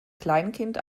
kleinkind